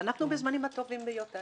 ואנחנו בזמנים הטובים ביותר.